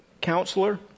counselor